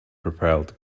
propelled